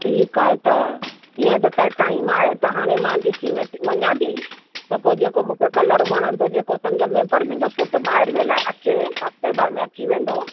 ठीकु आहे त हींअर त खैर टाइम आहे त हाणे मां ॾिसी में ती वञा ती त पो जेको मूंखे कलर वणंदो जेको सम्झ में पर मुंहिंजो पुटु ॿाहिरि वियल आहे अचे हफ़्ते भर में अची वेंदो